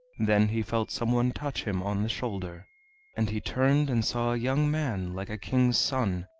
then he felt some one touch him on the shoulder and he turned, and saw a young man like a king's son,